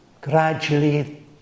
Gradually